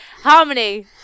harmony